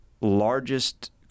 largest –